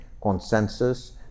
consensus